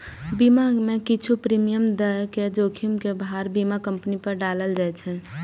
बीमा मे किछु प्रीमियम दए के जोखिम के भार बीमा कंपनी पर डालल जाए छै